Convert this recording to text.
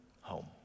Home